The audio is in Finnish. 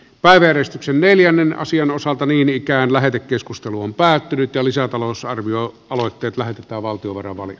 päivän neljännen asian osalta niinikään lähetekeskustelu on päättynyt ja lisätalousarvio aloitteet lähetetään valtio kaudella